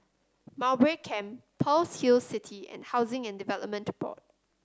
Mowbray Camp Pearl's Hill City and Housing and Development Board